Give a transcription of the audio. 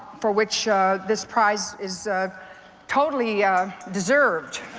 for which this prize is totally deserved.